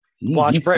Watch